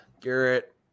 Garrett